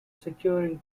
securing